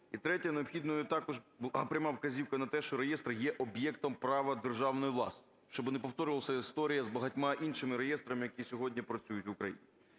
І третє: необхідно є також, була пряма вказівка на те, що реєстр є об'єктом права державної власності, щоб не повторювалася історія з багатьма іншими реєстрами, які сьогодні працюють в Україні.